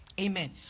amen